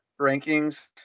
rankings